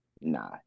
Nah